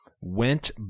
went